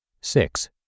Six